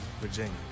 Virginia